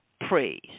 praise